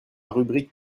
rubrique